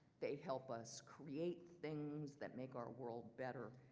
they help us create things that make our world better.